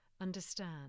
understand